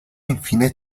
infine